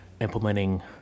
implementing